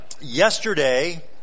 yesterday